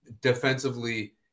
defensively